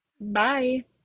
Bye